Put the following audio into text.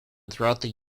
throughout